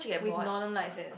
with Northern Lights and